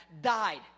died